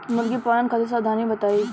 मुर्गी पालन खातिर सावधानी बताई?